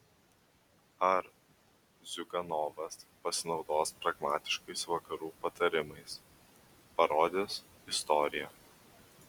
ar ziuganovas pasinaudos pragmatiškais vakarų patarimais parodys istorija